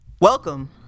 Welcome